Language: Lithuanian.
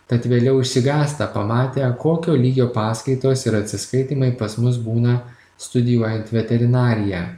tad vėliau išsigąsta pamatę kokio lygio paskaitos ir atsiskaitymai pas mus būna studijuojant veterinariją